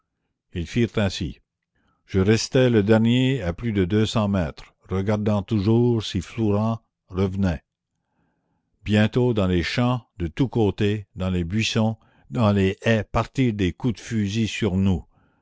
ils firent ainsi je restais le dernier à plus de deux cents mètres regardant toujours si flourens revenait la commune bientôt dans les champs de tous côtés dans les buissons dans les haies partirent des coups de fusil sur nous